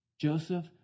Joseph